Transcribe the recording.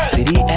City